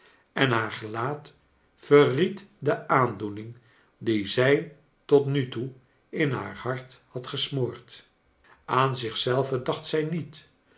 en haar gelaat verried de aandoening die zij tot nu toe in haar hart had gesmoord aan zich zelve dacht zij niet